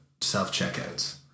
self-checkouts